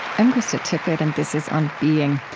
i'm krista tippett and this is on being.